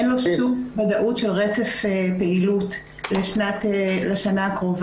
אין לו שום וודאות של רצף פעילות לשנה הקרובה.